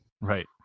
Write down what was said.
right